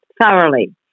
thoroughly